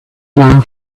now